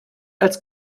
als